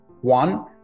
One